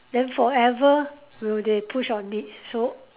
then forever will they push on it so